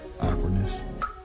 awkwardness